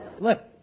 Look